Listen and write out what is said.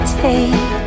take